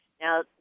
Now